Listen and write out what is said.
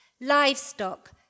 Livestock